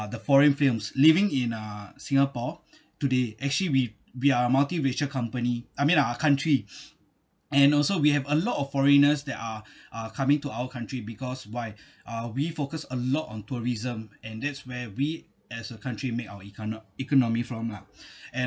the foreign films living in uh singapore today actually we we are multiracial company I mean our country and also we have a lot of foreigners that are uh coming to our country because why uh we focus a lot on tourism and that's where we as a country make our econo~ economy from lah